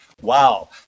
wow